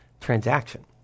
transaction